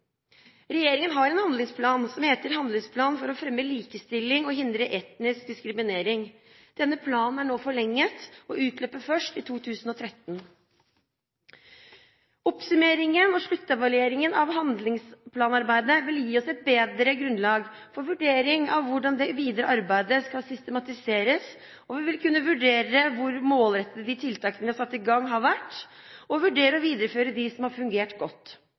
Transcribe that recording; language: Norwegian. Regjeringen har en handlingsplan for å fremme likestilling og hindre etnisk diskriminering. Denne planen er nå forlenget og utløper først i 2013. Oppsummeringen og sluttevalueringen av handlingsplanarbeidet vil gi oss et bedre grunnlag for vurdering av hvordan det videre arbeidet skal systematiseres, og vi vil kunne vurdere hvor målrettede de tiltakene vi har satt i gang, har vært, og vurdere å videreføre dem som har fungert godt.